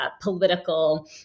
political